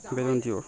volunteer